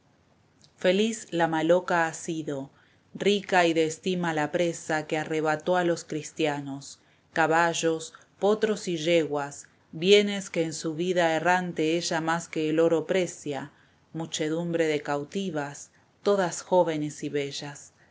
feliz la maloca ha sido rica y de estima la presa que arrebató a los cristianos caballos potros y yeguas bienes que en su vida errante llámanse así en la provincia ciertos sitios húmedos y bajos en donde crece confusa y abundantemente la maleza maloca lo mismo que incursión o correrla la cautiva ella más que el oro precia muchedumbre de cautivas todas jóvenes y bellas